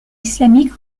islamique